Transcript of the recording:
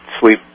sleep